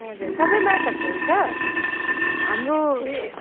हजुर सब बाँसहरूको हुन्छ हाम्रो